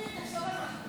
בעבירת